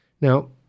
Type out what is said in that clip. Now